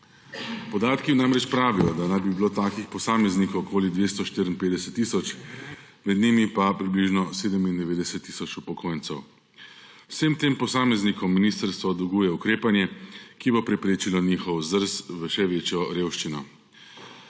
Podatki namreč pravijo, da naj bi bilo takih posameznikov okoli 254 tisoč, med njimi pa približno 97 tisoč upokojencev. Vsem tem posameznikom ministrstvo dolguje ukrepanje, ki bo preprečilo njihov zdrs v še večjo revščino.